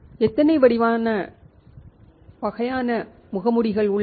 எத்தனை வகையான முகமூடிகள் உள்ளன